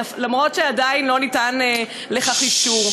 למרות שעדיין לא ניתן לכך אישור.